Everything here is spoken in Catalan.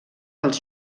als